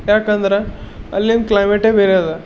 ಯಾಕಂದ್ರೆ ಅಲ್ಲಿಂದು ಕ್ಲೈಮೇಟೆ ಬೇರೆ ಅದ